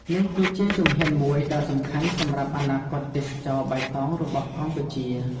នេះគឺជាជំហានមួយដ៏សំខាន់សម្រាប់អនាគតទេសចរណ៍បៃតងរបស់កម្ពុជា។